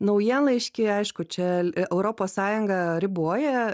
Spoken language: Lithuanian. naujienlaiškiai aišku čia europos sąjunga riboja